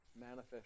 manifest